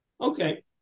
okay